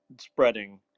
spreading